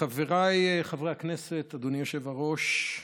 חבריי חברי הכנסת, אדוני היושב-ראש,